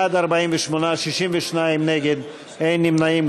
בעד, 48, 62 נגד, אין נמנעים.